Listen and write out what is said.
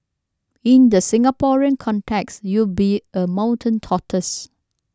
in the Singaporean context you'd be a mountain tortoise